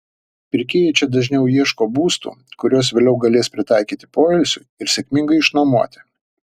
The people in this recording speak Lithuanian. pirkėjai čia dažniau ieško būstų kuriuos vėliau galės pritaikyti poilsiui ir sėkmingai išnuomoti